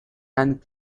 and